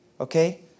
Okay